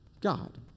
God